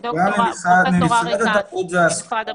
אני עניתי, אני ממשרד התרבות והספורט.